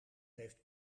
heeft